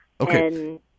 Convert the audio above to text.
Okay